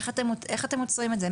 איך אתם עוצרים את זה?